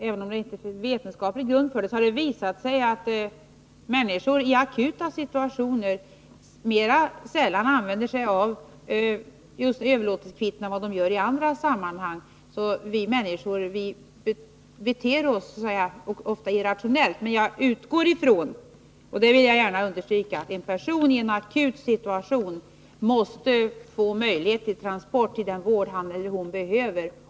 Även om det inte finns någon vetenskaplig grund för det har det visat sig att människor i akuta situationer mer sällan använder sig av just överlåtelsekvitton än vad människor gör i andra sammanhang. Vi beter oss ofta irrationellt. Men jag utgår ifrån — och det vill jag gärna understryka — att en person i en akut situation måste få möjlighet till transport till den vård som han eller hon behöver.